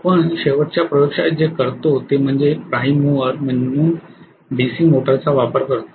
आपण शेवटच्या प्रयोगशाळेत जे करतो ते म्हणजे एक प्राईम मूव्हर म्हणून डीसी मोटरचा वापर करणे